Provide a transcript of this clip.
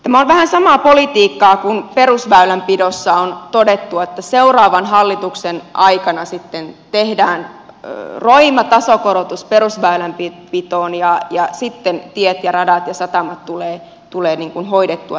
tämä on vähän samaa politiikkaa kuin perusväylänpidossa on todettu että seuraavan hallituksen aikana sitten tehdään roima tasokorotus perusväylänpitoon ja sitten tiet ja radat ja satamat tulevat hoidettua